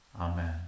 Amen